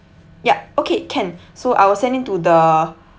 yup okay can so I'll send in to the